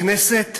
בכנסת,